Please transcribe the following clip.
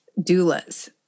doulas